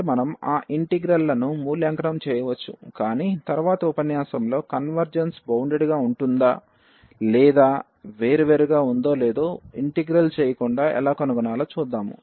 కాబట్టి మనము ఆ ఇంటిగ్రల్ లను మూల్యాంకనం చేయవచ్చు కాని తరువాతి ఉపన్యాసంలో కన్వర్జెన్స్ బౌండెడ్ గా ఉంటుందా లేదా వేరు వేరుగా ఉందో లేదో ఇంటిగ్రల్ చేయకుండా ఎలా కనుగొనాలో చూద్దాం